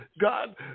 God